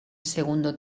segundo